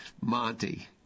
Monty